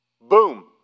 Boom